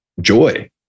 joy